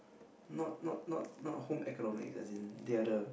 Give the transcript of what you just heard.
not not not not home economics as in they are the